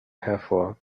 hervor